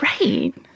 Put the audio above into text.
Right